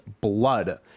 blood